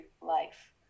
life